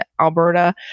Alberta